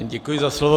Děkuji za slovo.